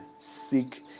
Seek